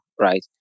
right